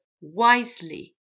wisely